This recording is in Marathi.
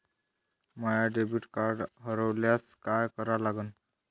माय डेबिट कार्ड हरोल्यास काय करा लागन?